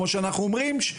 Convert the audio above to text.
כמו שאנחנו אומרים,